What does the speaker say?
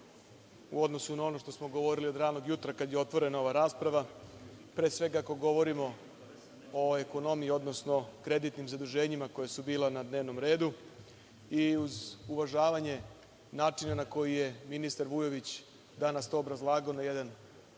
u odnosu na ono što smo govorili od ranog jutra kada je otvorena ova rasprava. Pre svega, ako govorimo o ekonomiji, odnosno kreditnim zaduženjima koja su bila na dnevnom redu i uz uvažavanje načina na koji je ministar Vujović danas to obrazlagao na jedan